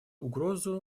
угрозу